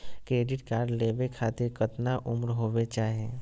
Credit card लेवे खातीर कतना उम्र होवे चाही?